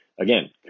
again